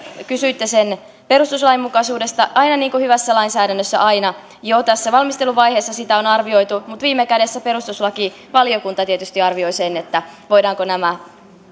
kysyitte tämän lainsäädännön perustuslainmukaisuudesta niin kuin hyvässä lainsäädännössä aina jo tässä valmisteluvaiheessa sitä on arvioitu mutta viime kädessä perustuslakivaliokunta tietysti arvioi sen voidaanko nämä